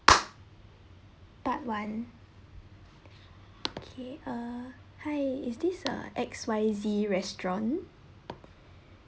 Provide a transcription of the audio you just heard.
part one okay err hi is this uh X Y Z restaurant